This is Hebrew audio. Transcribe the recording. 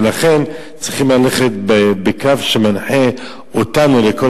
ולכן צריך ללכת בקו שמנחה אותנו לכל